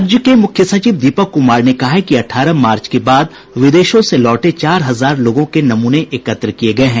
राज्य के मुख्य सचिव दीपक कुमार ने कहा है कि अठारह मार्च के बाद विदेशों से लौटे चार हजार लोगों के नमूने एकत्र किये गये हैं